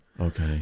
okay